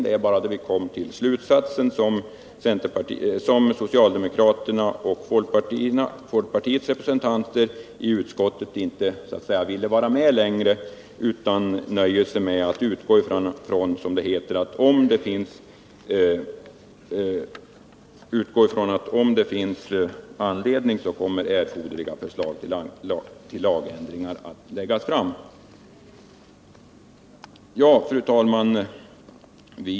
Det var bara då vi kom till slutsatsen som socialdemokraternas och folkpartiets representanter i utskottet inte ville vara med längre, utan nöjde sig med att utgå från att om det finns anledning kommer erforderliga förslag till lagändringar att läggas fram. Fru talman!